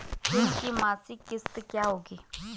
ऋण की मासिक किश्त क्या होगी?